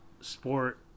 sport